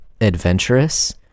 adventurous